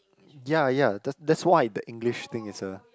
ya ya the that's why the English thing is a